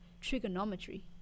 trigonometry